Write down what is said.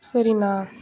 சரிண்ணா